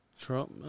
Trump